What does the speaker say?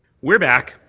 we're back.